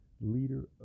leader